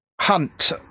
Hunt